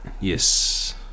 Yes